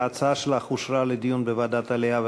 ההצעה שלך אושרה לדיון בוועדת העלייה,